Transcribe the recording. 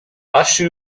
ash